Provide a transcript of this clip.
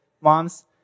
Moms